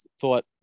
thought